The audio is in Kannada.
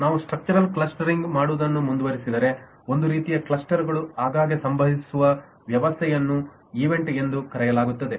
ನಾವು ಸ್ಟ್ರಕ್ಚರಲ್ ಕ್ಲಸ್ಟರಿಂಗ್ ಮಾಡುವುದನ್ನು ಮುಂದುವರಿಸಿದರೆ ಒಂದು ರೀತಿಯ ಕ್ಲಸ್ಟರ್ಗಳು ಆಗಾಗ್ಗೆ ಸಂಭವಿಸುವ ವ್ಯವಸ್ಥೆಯನ್ನು ಈವೆಂಟ್ ಎಂದು ಕರೆಯಲಾಗುತ್ತದೆ